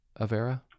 Avera